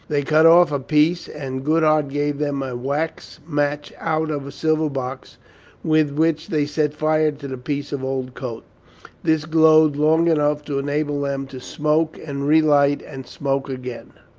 they cut off a piece, and goodhart gave them a wax match out of a silver boxa with which they set fire to the piece of old coat this glowed long enough to enable them to smoke and re-light and smoke again.